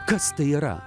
kas tai yra